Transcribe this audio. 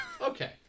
Okay